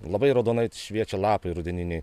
labai raudonai šviečia lapai rudeniniai